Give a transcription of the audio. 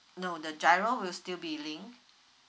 no the GIRO will still be linked